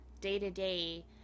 day-to-day